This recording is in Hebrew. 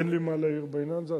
אין לי מה להעיר בעניין הזה,